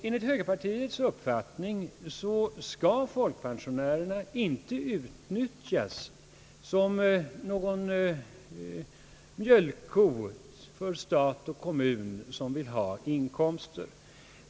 Enligt högerpartiets uppfattning skall folkpensionärerna inte utnyttjas som någon mjölkko för stat och kommun, som vill ha inkomster.